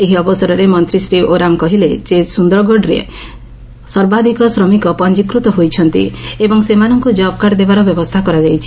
ଏହି ଅବସରରେ ମନ୍ତୀ ଶ୍ରୀ ଓରାମ କହିଲେ ଯେ ସୁନ୍ଦରଗଡ ଜିଲ୍ଲାରେ ସର୍ବାଧିକ ଶ୍ରମିକ ପଞ୍ଚିକୃତ ହୋଇଛନ୍ତି ଏବଂ ସେମାନଙ୍ଙୁ ଜବକାର୍ଡ ଦେବାର ବ୍ୟବସ୍କା କରାଯାଇଛି